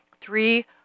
three